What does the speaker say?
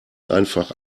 einfach